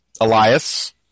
Elias